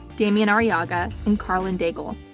damian arriaga, and karlyn daigle.